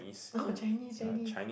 oh Chinese Chinese